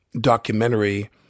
documentary